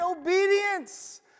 obedience